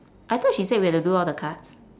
I thought she said we have to do all the cards